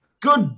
Good